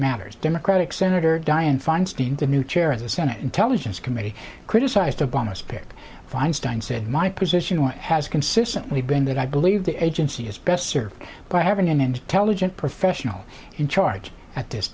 matters democratic senator dianne feinstein the new chair of the senate intelligence committee criticized obama's pick feinstein said my position on it has consistently been that i believe the agency is best served by having an intelligent professional in charge at this